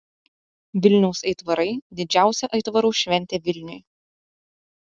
vilniaus aitvarai didžiausia aitvarų šventė vilniui